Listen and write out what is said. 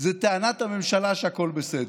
זה טענת הממשלה שהכול בסדר.